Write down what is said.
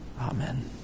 Amen